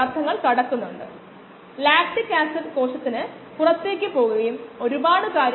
കോശങ്ങൾ സ്കാറ്റർഡ് ആകുന്നു സ്കാറ്റർഡ് ആകുന്ന തുക കോശങ്ങളുടെ സാന്ദ്രതയ്ക്ക് ആനുപാതികമാണ്